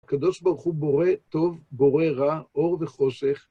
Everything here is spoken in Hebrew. הקדוש ברוך בורא טוב, בורא רע, אור וחושך.